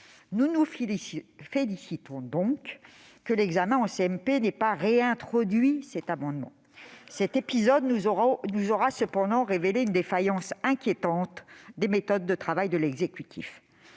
Nous nous félicitons donc que l'examen en CMP n'ait pas conduit à la réintroduction de cet amendement. Cet épisode nous aura cependant révélé une défaillance inquiétante dans les méthodes de travail de l'exécutif.